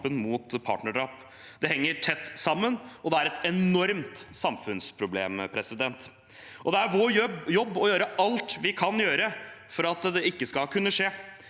mot partnerdrap. Det henger tett sammen, og det er et enormt samfunnsproblem. Det er vår jobb å gjøre alt vi kan gjøre for at det ikke skal kunne skje.